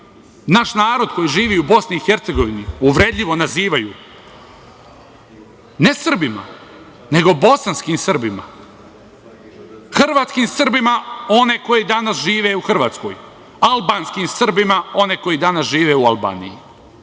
naš narod, koji živi u Bosni i Hercegovini, uvredljivo nazivaju ne Srbima, nego bosanskim Srbima, hrvatskim Srbima one koji danas žive u Hrvatskoj, albanskim Srbima one koji danas žive u Albaniji.